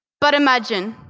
but imagine